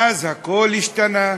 ואז הכול השתנה.